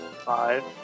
five